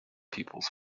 peoples